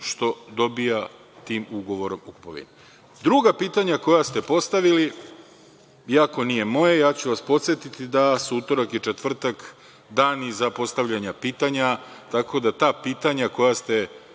što dobija tim ugovorom o kupovini. Druga pitanja koja ste postavili iako nije moje, ja ću vas podsetiti da su utorak i četvrtak dani za postavljanje pitanja, tako da ta pitanja koja ste